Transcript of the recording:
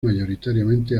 mayoritariamente